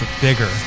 bigger